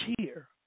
cheer